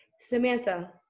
Samantha